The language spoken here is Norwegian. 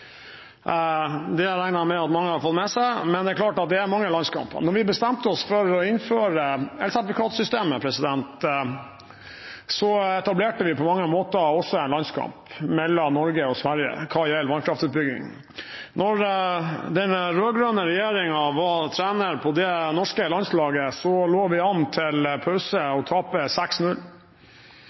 regner jeg med at mange har fått med seg. Men det er mange landskamper. Da vi bestemte oss for å innføre elsertifikatsystemet, etablerte vi på mange måter også en landskamp mellom Norge og Sverige hva gjelder vannkraftutbygging. Da den rød-grønne regjeringen var trener på det norske landslaget, lå vi ved pause an til å tape